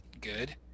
good